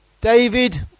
David